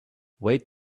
wait